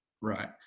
Right